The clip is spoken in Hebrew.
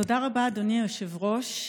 תודה רבה, אדוני היושב-ראש.